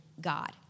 God